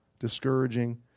Discouraging